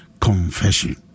confession